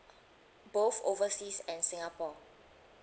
both overseas and singapore